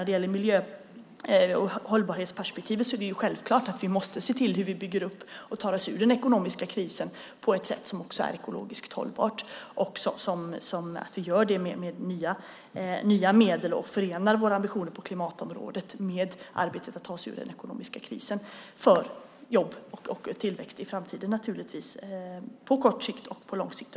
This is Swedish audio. I ett miljö och hållbarhetsperspektiv måste vi självklart se till hur vi bygger upp och tar oss ur den ekonomiska krisen på ett sätt som också är ekologiskt hållbart. Det gäller att vi gör det med nya medel och förenar våra ambitioner på klimatområdet med arbetet med att ta oss ur den ekonomiska krisen - allt naturligtvis för jobb och tillväxt i framtiden, på både kort och lång sikt.